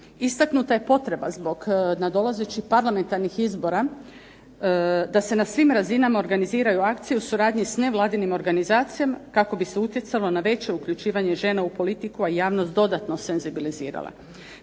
Istaknuta je potreba zbog nadolazećih parlamentarnih izbora, da se na svim razinama organiziraju akcije u suradnji s nevladinim organizacijama, kako bi se utjecalo na veće uključivanje žena u politiku, a javnost dodatno senzibilizirala.